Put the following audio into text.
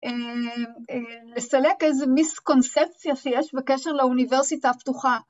לסלק איזו מיסקונספציה שיש בקשר לאוניברסיטה הפתוחה.